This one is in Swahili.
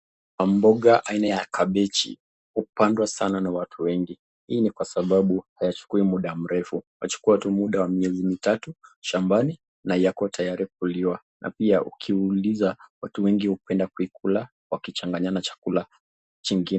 Mboga aina ya kabegi hupandwa sana na watu wengi. Hii ni kwa sababu haichukui muda mrefu, huchukua tu muda wa miezi mitatu shambani na yako tayari kuliwa na pia ukiuliza watu wengi hupenda kukula wakichanganya na chakula chingine.